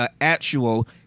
actual